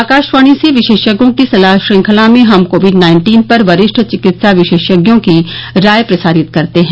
आकाशवाणी से विशेषज्ञों की सलाह श्रंखला में हम कोविड नाइन्टीन पर वरिष्ठ चिकित्सा विशेषज्ञों की राय प्रसारित करते हैं